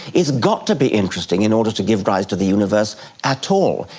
it's got to be interesting in order to give rise to the universe at all.